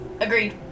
Agreed